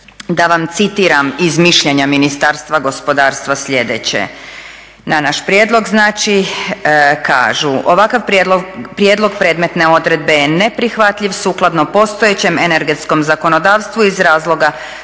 da vam citiram iz mišljenja Ministarstva gospodarstva sljedeće, na naš prijedlog znači kažu: "Ovakav prijedlog predmetne odredbe je neprihvatljiv sukladno postojećem energetskom zakonodavstvu iz razloga